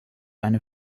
eine